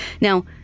Now